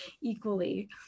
equally